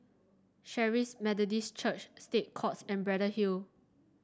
Charis Methodist Church State Courts and Braddell Hill